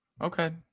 Okay